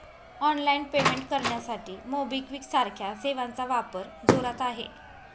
online payment करण्यासाठी MobiKwik सारख्या सेवांचा वापर जोरात आहे